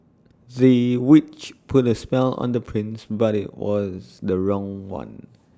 the witch put A spell on the prince but IT was the wrong one